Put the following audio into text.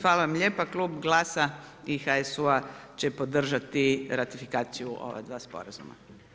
Hvala vam lijepo, Klub GLAS-a i HSU-a će podržati ratifikaciju ova dva sporazuma.